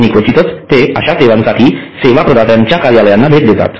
आणि क्वचितच ते अशा सेवांसाठी सेवा प्रदात्यांच्या कार्यालयांना भेट देतात